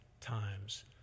times